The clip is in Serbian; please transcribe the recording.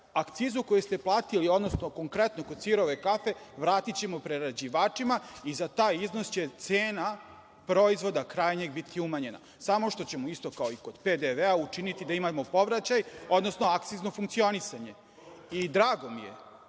akcizu koju ste platili, odnosno konkretno kod sirove kafe, vratićemo prerađivačima i za taj iznos će cena proizvoda krajnjeg biti umanjena. Samo što ćemo isto kao i kod PDV učiniti da imamo povraćaj, odnosno akcizno funkcionisanje. Drago mi je